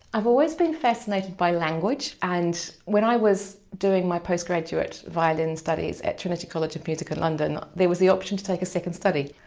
always been fascinated by language and when i was doing my post-graduate violin studies at trinity college of music in london there was the option to take a second study.